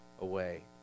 away